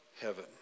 heaven